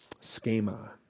Schema